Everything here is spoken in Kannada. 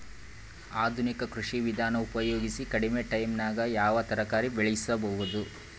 ಆಧುನಿಕ ಕೃಷಿ ವಿಧಾನ ಉಪಯೋಗಿಸಿ ಕಡಿಮ ಟೈಮನಾಗ ಯಾವ ತರಕಾರಿ ಬೆಳಿಬಹುದು?